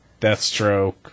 Deathstroke